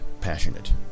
passionate